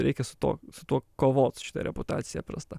reikia su tuo su tuo kovot su šita reputacija prasta